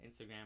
Instagram